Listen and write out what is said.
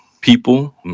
people